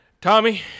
Tommy